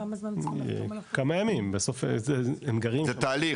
כמה ימים, בסוף הם גרים, זה תהליך.